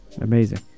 amazing